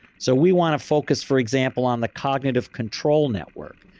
so we want to focus for example on the cognitive control network,